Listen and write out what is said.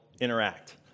interact